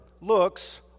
looks